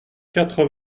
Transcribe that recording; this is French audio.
quatre